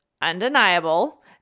undeniable